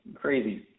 crazy